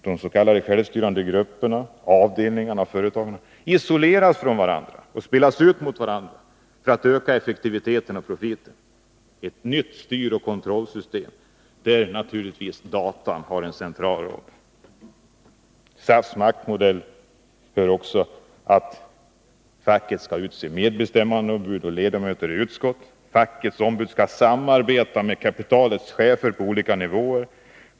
De s.k. självstyrande grupperna, avdelningarna och företagen isoleras från varandra och spelas ut mot varandra för att öka effektiviteten och profiten: ett nytt styroch kontrollsystem, där naturligtvis datorn har en central roll. Till SAF:s maktmodell hör också att facket skall utse medbestämmandeombud och ledamöter i utskott. Fackets ombud skall samarbeta med kapitalets chefer på olika nivåer.